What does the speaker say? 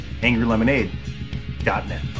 Angrylemonade.net